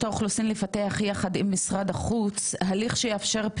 הליך שיאפשר פנייה לעובדים שחזרו לארצם,